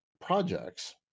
projects